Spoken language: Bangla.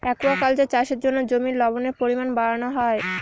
একুয়াকালচার চাষের জন্য জমির লবণের পরিমান বাড়ানো হয়